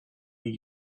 you